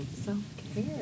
self-care